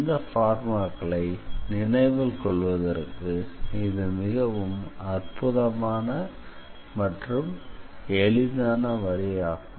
இந்த பார்முலாக்களை நினைவில் கொள்வதற்கு இது மிகவும் அற்புதமான மற்றும் எளிதான வழி ஆகும்